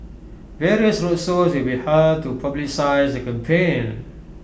various roadshows will be held to publicise the campaign